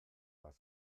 har